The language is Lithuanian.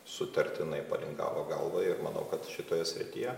sutartinai palingavo galvą ir manau kad šitoje srityje